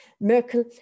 Merkel